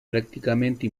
prácticamente